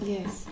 Yes